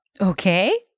Okay